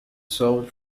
served